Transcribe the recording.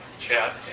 chat